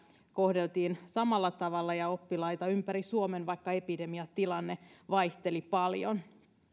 kohdeltiin samalla tavalla kaikkia kouluja ja oppilaita ympäri suomen vaikka epidemiatilanne vaihteli paljon